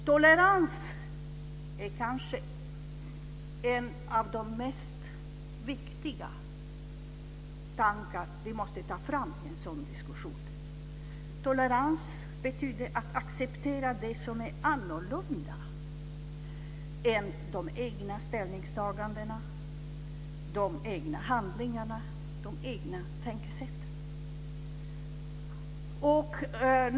Tolerans är kanske en av de viktigaste tankar vi måste ta fram i en sådan diskussion. Tolerans betyder att acceptera det som är annorlunda än de egna ställningstagandena, de egna handlingarna, de egna tänkesätten.